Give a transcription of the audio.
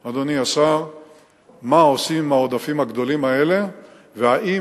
מה עושים עם העודפים הגדולים האלה והאם